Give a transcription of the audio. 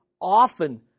often